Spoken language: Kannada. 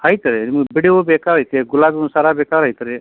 ಐತೆ ನಿಮ್ಗೆ ಬಿಡಿ ಹೂ ಬೇಕಾ ಐತೆ ಗುಲಾಬಿ ಹೂ ಸರ ಬೇಕಾರೆ ಐತ್ರಿ